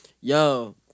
yo